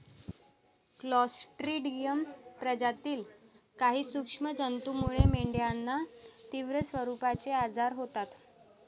Clostridium प्रजातीतील काही सूक्ष्म जंतूमुळे मेंढ्यांना तीव्र स्वरूपाचे आजार होतात